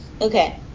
Okay